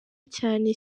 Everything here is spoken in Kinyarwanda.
cyane